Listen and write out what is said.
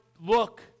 look